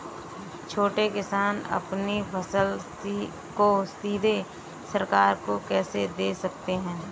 छोटे किसान अपनी फसल को सीधे सरकार को कैसे दे सकते हैं?